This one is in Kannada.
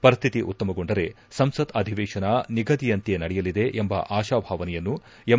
ಪರಿಸ್ತಿತಿ ಉತ್ತಮಗೊಂಡರೆ ಸಂಸತ್ ಅಧಿವೇಶನ ನಿಗಧಿಯಂತೆ ನಡೆಯಲಿದೆ ಎಂಬ ಆಶಾಭಾವನೆಯನ್ನು ಎಂ